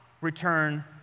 return